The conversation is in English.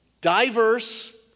diverse